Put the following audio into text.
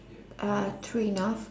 uh three enough